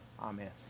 amen